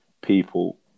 people